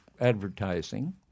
advertising